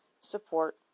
support